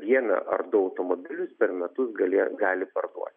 vieną ar du automobilius per metus gali gali parduoti